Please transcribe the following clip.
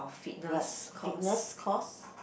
like fitness course